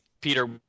Peter